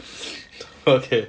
okay